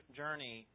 journey